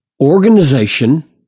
organization